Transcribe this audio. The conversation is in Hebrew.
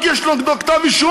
רק יש נגדו כתב אישום,